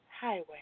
highway